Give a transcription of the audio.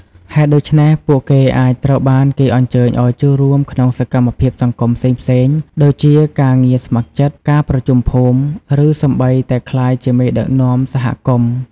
ហេតុដូច្នេះ ពួកគេអាចត្រូវបានគេអញ្ជើញឱ្យចូលរួមក្នុងសកម្មភាពសង្គមផ្សេងៗ ដូចជាការងារស្ម័គ្រចិត្ត ការប្រជុំភូមិ ឬសូម្បីតែក្លាយជាមេដឹកនាំសហគមន៍។